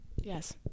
Yes